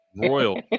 royal